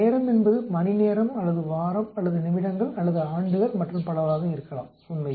நேரம் என்பது மணிநேரம் அல்லது வாரம் அல்லது நிமிடங்கள் அல்லது ஆண்டுகள் மற்றும் பலவாக இருக்கலாம் உண்மையில்